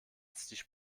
sich